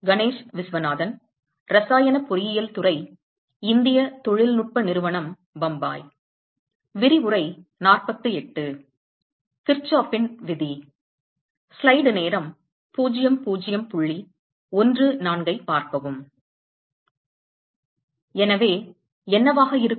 கிர்ச்சோஃப்பின் விதி எனவே என்னவாக இருக்கும்